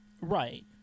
Right